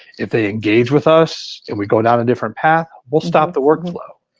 if they engage with us and we go down a different path, we'll stop the workflow.